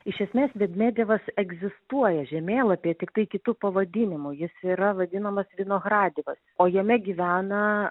iš esmės vedmedevas egzistuoja žemėlapyje tiktai kitu pavadinimu jis yra vadinamas vinohradivas o jame gyvena